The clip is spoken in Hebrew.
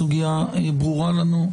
הסוגיה ברורה לנו.